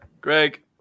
Greg